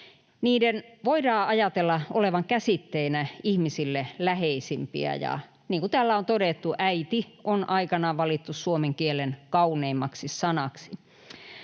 Niiden voidaan ajatella olevan käsitteinä ihmisille läheisimpiä, ja niin kuin täällä on todettu, ”äiti” on aikanaan valittu suomen kielen kauneimmaksi sanaksi.